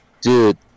Dude